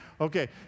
Okay